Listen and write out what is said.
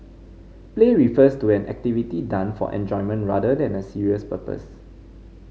play refers to an activity done for enjoyment rather than a serious purpose